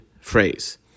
phrase